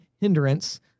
hindrance